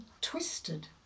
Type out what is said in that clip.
twisted